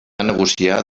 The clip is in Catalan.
negociar